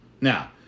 Now